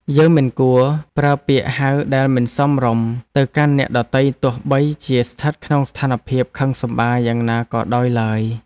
យើងមិនគួរប្រើពាក្យហៅដែលមិនសមរម្យទៅកាន់អ្នកដទៃទោះបីជាស្ថិតក្នុងស្ថានភាពខឹងសម្បារយ៉ាងណាក៏ដោយឡើយ។